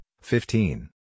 fifteen